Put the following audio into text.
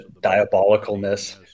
diabolicalness